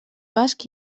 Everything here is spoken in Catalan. basc